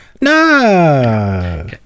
No